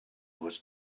was